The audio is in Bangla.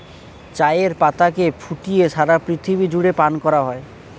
চায়ের পাতাকে ফুটিয়ে সারা পৃথিবী জুড়ে পান করা হয়